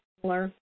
similar